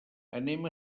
anem